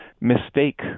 mistake